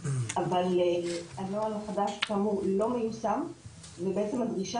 אבל הנוהל החדש כאמור לא מיושם והדרישה